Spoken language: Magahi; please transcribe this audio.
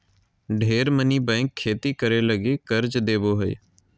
ढेर मनी बैंक खेती करे लगी कर्ज देवो हय